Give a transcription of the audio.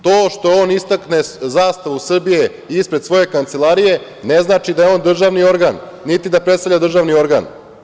To što on istakne zastavu Srbije ispred svoje kancelarije ne znači da je on državni organ niti da predstavlja državni organ.